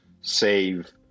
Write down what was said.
save